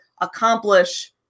accomplish